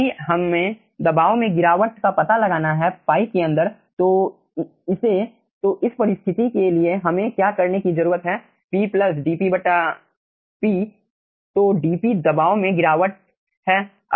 यदि हमें दबाव में गिरावट का पता लगाना है पाइप के अंदर तो इसे तो इस परिस्थिति के लिए हमें क्या करने की जरूरत है p प्लस dpp तो dp दबाव में गिरावट है